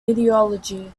meteorology